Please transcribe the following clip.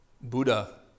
Buddha